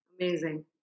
Amazing